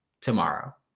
tomorrow